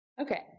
Okay